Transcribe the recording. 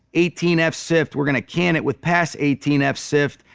eighteen f sift, we're going to can it with pass eighteen f sift,